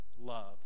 love